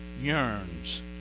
yearns